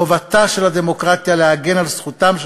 חובתה של הדמוקרטיה להגן על זכותם של